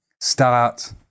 Start